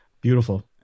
beautiful